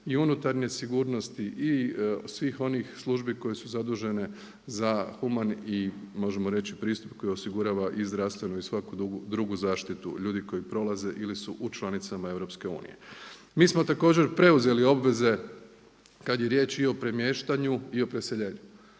i unutarnje sigurnosti i svih onih službi koje su zadužene za human i možemo reći pristup koji osigurava i zdravstvenu i svaku drugu zaštitu ljudi koji prolaze ili su u članicama EU. Mi smo također preuzeli obveze kad je riječ i o premještanju i o preseljenju.